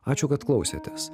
ačiū kad klausėtės